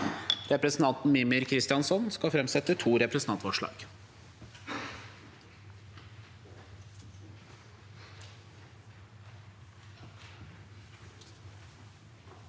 Representanten Mímir Kristjánsson vil framsette et representantforslag.